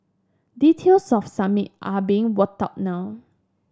details of Summit are being worked out now